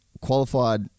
qualified